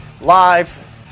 live